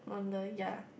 on the ya